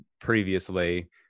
previously